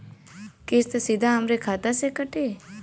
किस्त सीधा हमरे खाता से कटी?